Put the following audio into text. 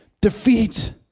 defeat